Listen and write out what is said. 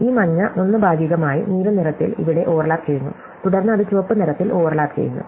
അതിനാൽ ഈ മഞ്ഞ ഒന്ന് ഭാഗികമായി നീല നിറത്തിൽ ഇവിടെ ഓവർലാപ്പ് ചെയ്യുന്നു തുടർന്ന് അത് ചുവപ്പ് നിറത്തിൽ ഓവർലാപ്പ് ചെയ്യുന്നു